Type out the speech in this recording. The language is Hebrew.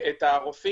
את